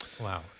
Wow